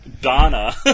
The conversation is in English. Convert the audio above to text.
Donna